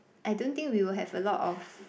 I don't think we will have a lot of